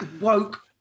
woke